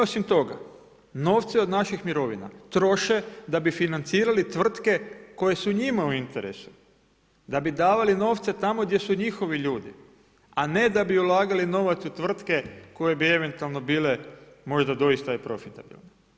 Oni osim toga, novce od naših mirovina troše da bi financirali tvrtke koje su njima u interesu, da bi davali novce tamo gdje su njihovi ljudi, a ne da bi ulagali novac u tvrtke koje bi eventualno bile možda doista i profitabilne.